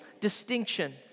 distinction